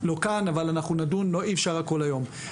אבל אי אפשר הכל היום.